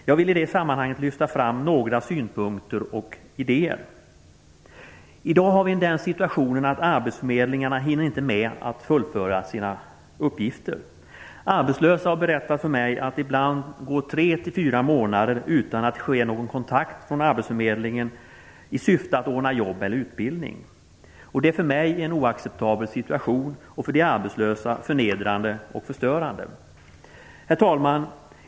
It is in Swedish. Jag vill i det sammanhanget lyfta fram några synpunkter och idéer. Våra arbetsförmedlingar hinner i dag inte med att fullgöra sina uppgifter. Arbetslösa har berättat för mig att det ibland går tre till fyra månader utan att det tas någon kontakt från arbetsförmedlingen i syfte att ordna jobb eller utbildning. Det är för mig en oacceptabel situation, som för de arbetslösa är förnedrande och förstörande. Herr talman!